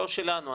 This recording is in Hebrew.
לא שלנו,